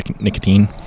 nicotine